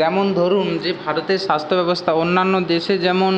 যেমন ধরুন যে ভারতের স্বাস্থ্য ব্যবস্থা অন্যান্য দেশে যেমন